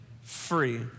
free